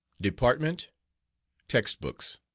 department text-books.